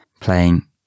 playing